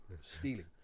stealing